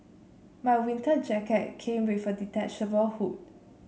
my winter jacket came with a detachable hood